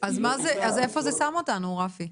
אז איפה זה שם אותנו, רפי?